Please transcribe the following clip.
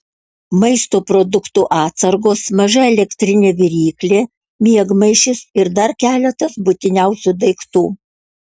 maisto produktų atsargos maža elektrinė viryklė miegmaišis ir dar keletas būtiniausių daiktų